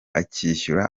akishyura